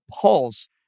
Pulse